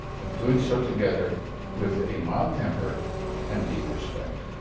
but doing so together with a mild temper and deep respect.